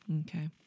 Okay